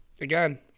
again